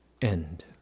end